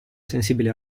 sensibili